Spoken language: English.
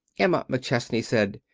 emma mcchesney said,